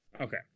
okay